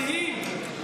מדהים.